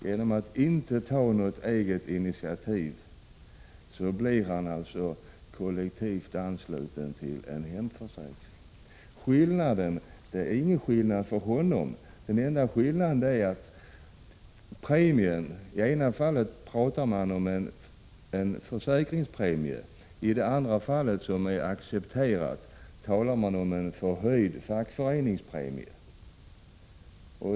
Vederbörande blir i bägge fallen utan att ta något eget initiativ kollektivt ansluten till en hemförsäkring. Det är ingen skillnad mellan dessa fall för honom: i det ena fallet talar man om en försäkringspremie, i det andra — som är accepterat — om en förhöjd fackföreningsavgift.